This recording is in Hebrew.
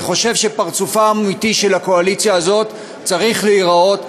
אני חושב שפרצופה האמיתי של הקואליציה הזאת צריך להיראות.